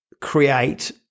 create